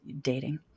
dating